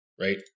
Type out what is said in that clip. right